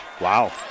Wow